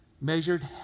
measured